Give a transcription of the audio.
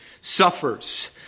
suffers